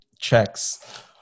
checks